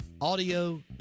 audio